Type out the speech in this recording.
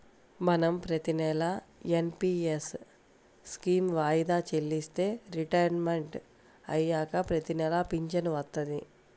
మనం ప్రతినెలా NPS scheme వాయిదా చెల్లిస్తే రిటైర్మంట్ అయ్యాక ప్రతినెలా పింఛను వత్తది